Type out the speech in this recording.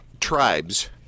tribes